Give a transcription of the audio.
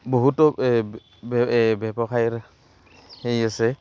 বহুতো ব্যৱসায়ৰ হেৰি আছে